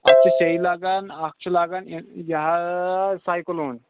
اَتھ چھُ سیٚے لگان اَتھ چھُ لگان یہِ حظ سایکلوٗن